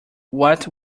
what